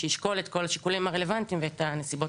שישקול את כל השיקולים הרלוונטיים ואת הנסיבות.